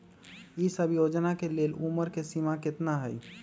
ई सब योजना के लेल उमर के सीमा केतना हई?